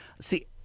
see